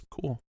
cool